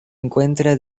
encuentra